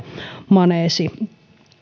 maneesi